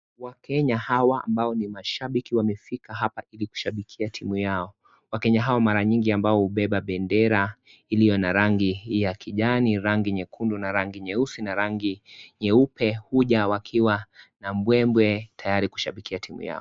Wakenya hawa ambao ni mashabiki wamefika hapa ili kushabikia timu yao, wakenya hawa mara nyingi ambao mara nyingi hubeba bendera iliyo na rangi ya kijani, na rangi nyekundu, na rangi nyeusi na rangi nyeupe, huja wakiwa na mbwembwe tayari kushabikia timu yao.